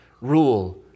Rule